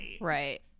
Right